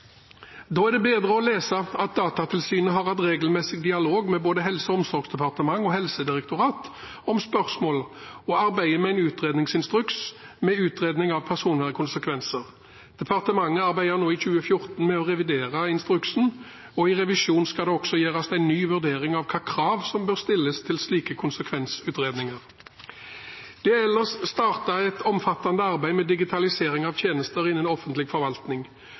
Da er det bedre å lese at Datatilsynet har hatt regelmessig dialog med både Helse- og omsorgsdepartementet og Helsedirektoratet om spørsmålene og arbeider med en utredningsinstruks med utredning av personvernkonsekvenser. Departementet arbeider nå i 2014 med å revidere instruksen, og i revisjonen skal det også gjøres en ny vurdering av hvilke krav som bør stilles til slike konsekvensutredninger. Det er ellers startet et omfattende arbeid med digitalisering av tjenester innen offentlig forvaltning.